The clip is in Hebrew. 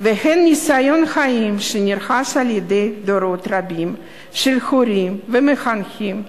והן ניסיון חיים שנרכש על-ידי דורות רבים של הורים ומחנכים,